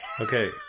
Okay